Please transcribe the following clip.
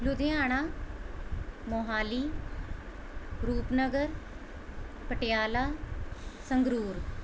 Ludhiana Mohali Rupnagar Patiala Sangrur